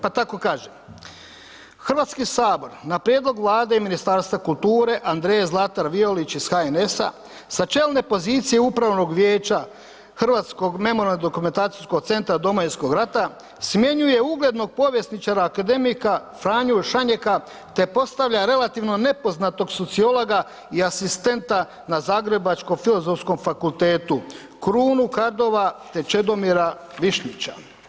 Pa tako kaže – Hrvatski sabor na prijedlog Vlade i Ministarstva kulture Andreje Zlatar Vijolić iz HNS-a sa čelne pozicije upravnog vijeća Hrvatskog memorijalno-dokumentacijskog centra Domovinskog rata smjenjuje uglednog povjesničara akademika Franju Šanjeka te postavlja relativno nepoznatog sociologa i asistenta na Zagrebačkom filozofskom fakultetu Krunu Kardova te Čedomira Višnjića.